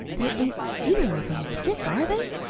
they ain't either of em sick, are they?